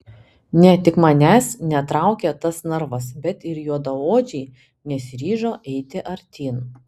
ne tik manęs netraukė tas narvas bet ir juodaodžiai nesiryžo eiti artyn